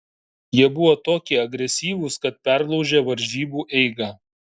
jie buvo tokie agresyvūs kad perlaužė varžybų eigą